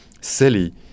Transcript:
silly